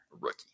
rookie